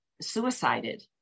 suicided